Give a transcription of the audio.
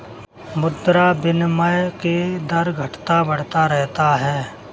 मुद्रा विनिमय के दर घटता बढ़ता रहता है